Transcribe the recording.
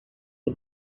for